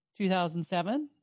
2007